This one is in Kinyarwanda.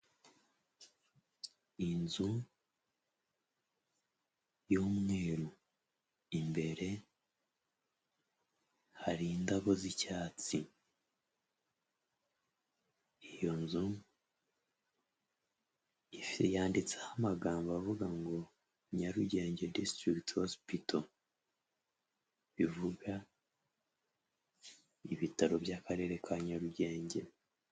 Inzu y'umweru imbere hari indabo z'icyatsi, iyo nzu yanditseho amagambo avuga ngo Nyarugenge District Hospital, bivuga ibitaro by'Akarere ka Nyarugenge.